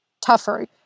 tougher